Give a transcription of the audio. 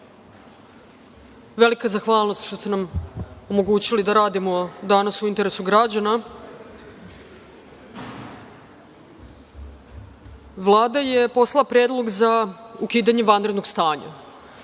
velika zahvalnost što ste nam omogućili da radimo danas u interesu građana. Vlada je poslala Predlog za ukidanje vanrednog stanja.